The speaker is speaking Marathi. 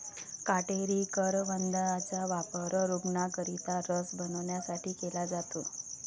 काटेरी करवंदाचा वापर रूग्णांकरिता रस बनवण्यासाठी केला जातो